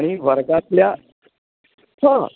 आणि वर्गातल्या हां